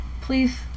Please